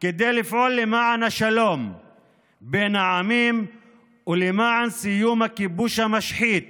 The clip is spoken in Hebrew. כדי לפעול למען השלום בין העמים ולמען סיום הכיבוש המשחית